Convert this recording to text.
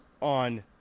on